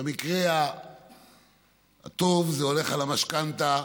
במקרה הטוב, זה הולך על המשכנתה,